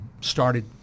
started